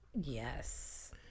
Yes